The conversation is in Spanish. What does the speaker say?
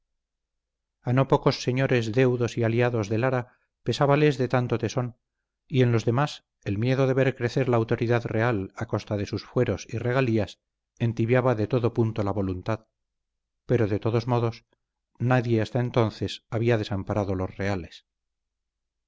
a no pocos señores deudos y aliados de lara pesábales de tanto tesón y en los demás el miedo de ver crecer la autoridad real a costa de sus fueros y regalías entibiaba de todo punto la voluntad pero de todos modos nadie hasta entonces había desamparado los reales